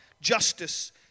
Justice